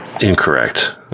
incorrect